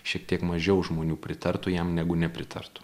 šiek tiek mažiau žmonių pritartų jam negu nepritartų